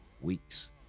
weeks